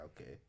okay